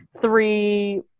three